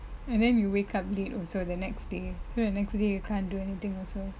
and then you wake up late also the next day so an equity you can't do anything also